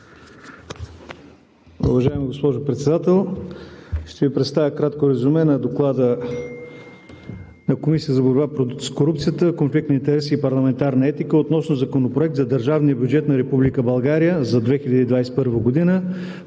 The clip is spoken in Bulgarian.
Уважаема госпожо Председател! Ще Ви представя кратко резюме на: „ДОКЛАД на Комисията за борба с корупцията, конфликт на интереси и парламентарна етика относно Законопроект за държавния бюджет на Република